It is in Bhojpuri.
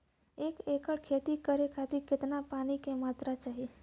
एक एकड़ खेती करे खातिर कितना पानी के मात्रा चाही?